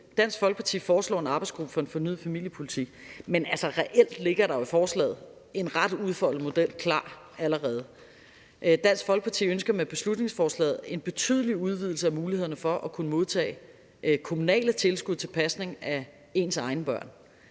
Dansk Folkeparti foreslår, at man nedsætter en arbejdsgruppe for en fornyet familiepolitik. Men altså, reelt ligger der jo i forslaget en ret udfoldet model klar allerede: Dansk Folkeparti ønsker med beslutningsforslaget en betydelig udvidelse af mulighederne for at modtage kommunale tilskud til pasning af ens egne børn.